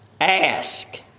Ask